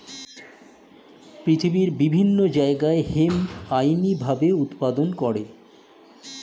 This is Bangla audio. পৃথিবীর বিভিন্ন জায়গায় হেম্প আইনি ভাবে উৎপাদন করে